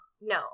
No